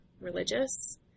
religious